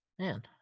Man